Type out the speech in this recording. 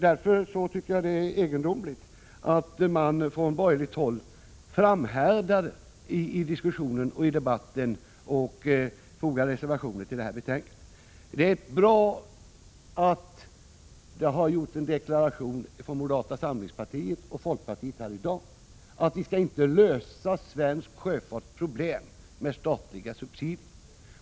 Därför tycker jag att det är egendomligt att man från borgerligt håll framhärdar i debatten och fogar reservationer till detta betänkande. Det är bra att moderata samlingspartiet och folkpartiet har gjort en deklaration i dag om att vi inte skall lösa svensk sjöfarts problem genom statliga subsidier.